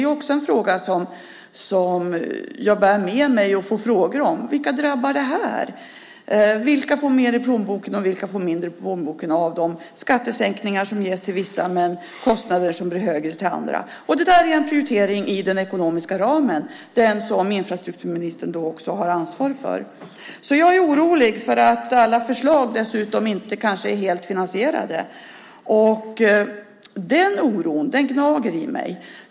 Också den frågan bär jag med mig och får frågor om. Vilka drabbar det? Vilka får mer och vilka får mindre i plånboken av de skattesänkningar som ges till vissa medan kostnaderna blir högre för andra? Det är en prioritering inom den ekonomiska ramen, den som infrastrukturministern också har ansvar för. Jag är dessutom orolig för att alla förslag kanske inte är helt finansierade. Den oron gnager i mig.